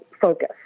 focus